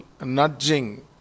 nudging